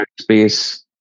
space